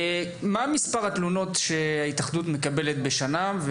מה מספר התלונות שההתאחדות מקבלת בשנה?